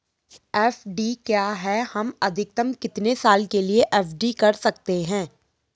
FD क्या है हम अधिकतम कितने साल के लिए एफ.डी कर सकते हैं?